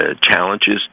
challenges